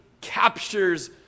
captures